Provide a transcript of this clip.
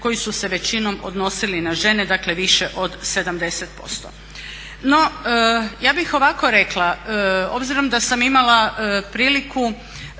koji su se većinom odnosili na žene, dakle više od 70%. No, ja bih ovako rekla, obzirom da sam imala priliku